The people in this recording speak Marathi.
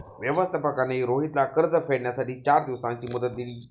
व्यवस्थापकाने रोहितला कर्ज फेडण्यासाठी चार दिवसांची मुदत दिली